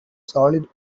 solid